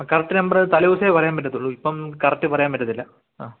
ആ correct number തലേദിവസമേ പറയാൻ പറ്റത്തുള്ളൂ ഇപ്പം കറക്റ്റ് പറയാൻ പറ്റത്തില്ല ആ